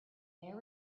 there